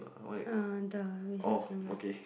uh the reception girl